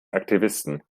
aktivisten